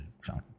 found